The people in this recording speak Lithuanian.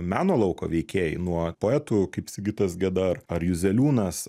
meno lauko veikėjai nuo poetų kaip sigitas geda ar ar juzeliūnas